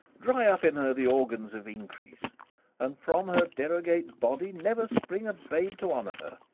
dry up in her the organs of increase and from her derogate body never spring a babe to honour her!